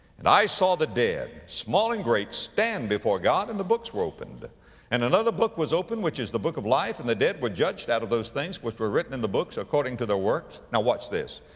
and i saw the dead, small and great, stand before god and the books were opened and another book was opened, which is the book of life and the dead were judged out of those things which were written in the books, according to their works. now watch this,